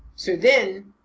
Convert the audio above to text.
so then,